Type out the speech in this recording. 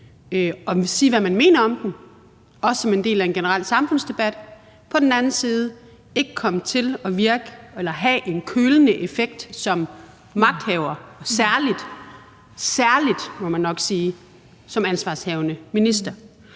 sige, hvad man mener om den, også som en del af en generel samfundsdebat, men på den anden side ikke komme til at have en kølende effekt som magthaver, særlig – særlig, må man nok sige – som ansvarshavende minister.